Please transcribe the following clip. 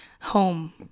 home